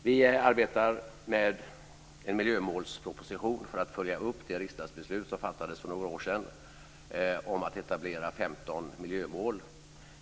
Vi arbetar med en miljömålsproposition för att följa upp det riksdagsbeslut som fattades för några år sedan om att etablera 15 miljömål.